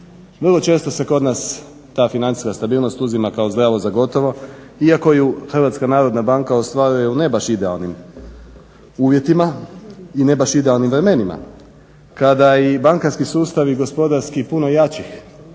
Vrlo često se kod nas ta financijska stabilnost uzima kao zdravo za gotovo iako je HNB ostvaruje u ne baš idealnim uvjetima i ne baš idealnim vremenima kada i bankarski sustav i gospodarski puno jačih